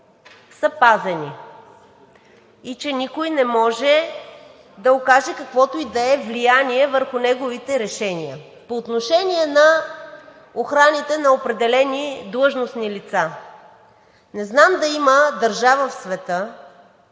е пазено и че никой не може да окаже каквото и да е влияние върху неговите решения. По отношения на охраните на определени длъжностни лица. Не знам да има държава в света,